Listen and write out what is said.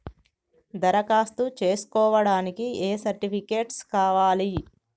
దరఖాస్తు చేస్కోవడానికి ఏ సర్టిఫికేట్స్ కావాలి?